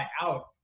out